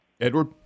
Edward